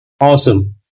Awesome